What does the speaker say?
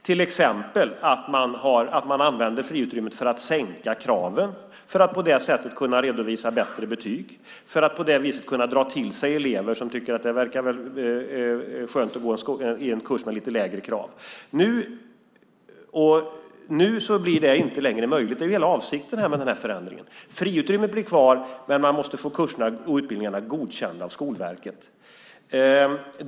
Till exempel kan man då använda friutrymmet för att sänka kraven för att på det sättet kunna redovisa bättre betyg och dra till sig elever som tycker att det verkar skönt att gå en kurs med lite lägre krav. Nu blir det inte längre möjligt. Det är hela avsikten med den här förändringen. Friutrymmet blir kvar, men man måste få kurserna och utbildningarna godkända av Skolverket.